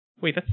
Wait